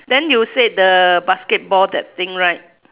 then you said the basketball that thing right